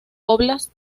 óblast